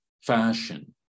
fashion